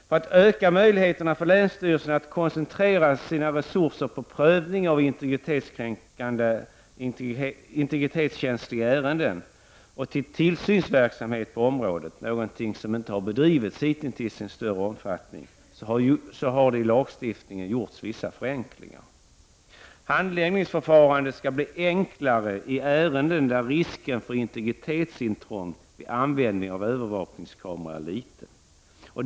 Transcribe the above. För att öka möjligheterna för länsstyrelserna att koncentrera sina resurser till prövning av integritetskänsliga ärenden och till tillsynsverksamheten på området, någonting som inte bedrivits i större omfattning hittills, föreslås i lagstiftningen vissa förenklingar. Handläggningsförfarandet skall bli enklare i ärenden där risken för integritetsintrång vid användning av övervakningskamera är liten.